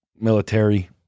military